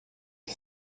que